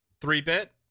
Three-bit